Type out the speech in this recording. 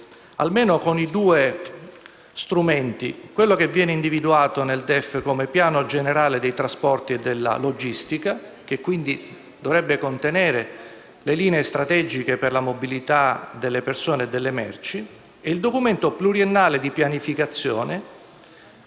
attraverso due strumenti: quello che nel DEF viene individuato come Piano generale dei trasporti e della logistica (che dovrebbe contenere le linee strategiche per la modalità delle persone e delle merci) e il Documento pluriennale di pianificazione,